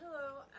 Hello